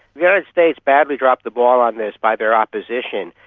united states badly dropped the ball on this by their opposition,